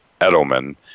Edelman